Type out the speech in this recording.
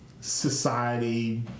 society